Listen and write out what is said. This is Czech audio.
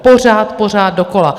Pořád, pořád dokola.